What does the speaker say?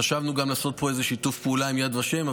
חשבנו גם לעשות פה איזה שיתוף פעולה עם יד ושם,